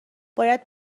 باید